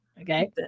Okay